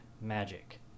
magic